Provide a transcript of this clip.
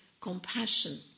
compassion